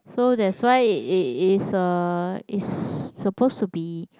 so that's why it it is uh it's supposed to be